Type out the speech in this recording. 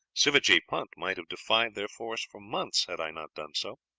sivajee punt might have defied their force for months had i not done so.